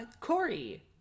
Corey